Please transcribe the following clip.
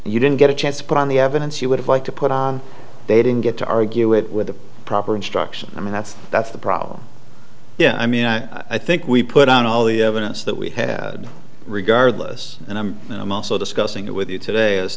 and you didn't get a chance to put on the evidence you would like to put on they didn't get to argue it with the proper instruction i mean that's that's the problem yeah i mean i think we put on all the evidence that we had regardless and i'm also discussing it with you today